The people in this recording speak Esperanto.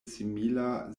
simila